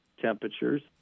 temperatures